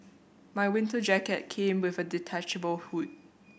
my winter jacket came with a detachable hood